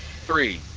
three,